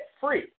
free